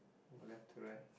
left to right